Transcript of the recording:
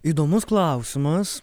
įdomus klausimas